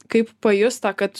kaip pajust tą kad